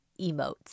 emotes